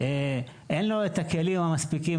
אין לו את הכלים המספיקים,